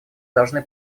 должны